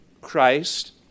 Christ